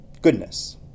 Goodness